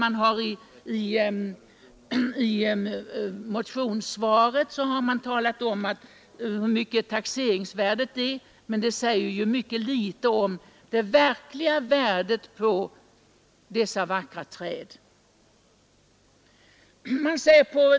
Utskottet har i betänkandet, vid behandlingen av motionen, redovisat hur stort taxeringsvärdet av ekbeståndet är, men det säger ytterst litet om det verkliga värdet av dessa vackra träd.